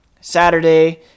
Saturday